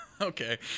Okay